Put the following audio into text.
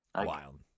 Wild